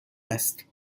است